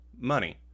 Money